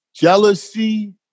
jealousy